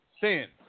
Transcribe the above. Sin